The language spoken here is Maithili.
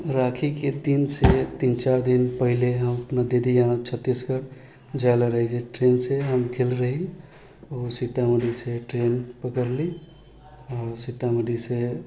राखीके दिनसँ तीन चारि दिन पहिले हम अपना दीदी यहाँ छत्तीसगढ़ जाइल रही ट्रेनसँ गेल रही ओ सीतामढ़ीसँ ट्रेन पकड़ली आओर ओ सीतामढ़ीसँ